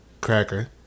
cracker